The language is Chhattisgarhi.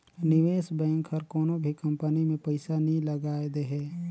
निवेस बेंक हर कोनो भी कंपनी में पइसा नी लगाए देहे